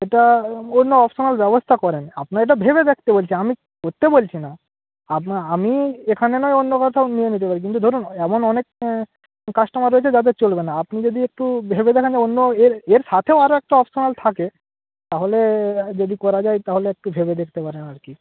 একটা অন্য অপশানাল ব্যবস্থা করেন আপনাকে এটা ভেবে দেখতে বলছি আমি বলছি না আমি এখানে নয় অন্য কোথাও নিয়ে নিতে পারি কিন্তু ধরুন এমন অনেক কাস্টোমার রয়েছে যাদের চলবে না আপনি যদি একটু ভেবে দেখেন অন্য এর এর সাথেও আরও একটা অপশানাল থাকে তাহলে যদি করা যায় তাহলে একটু ভেবে দেখতে পারেন আর কি